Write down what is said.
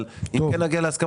אבל אם כן נגיע להסכמות,